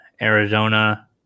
Arizona